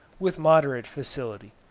with moderate facility.